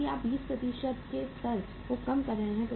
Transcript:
क्योंकि आप 20 के स्तर को कम कर रहे हैं